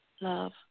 love